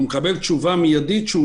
גם